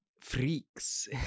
freaks